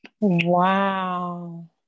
Wow